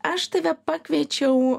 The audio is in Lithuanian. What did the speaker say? aš tave pakviečiau